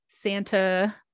Santa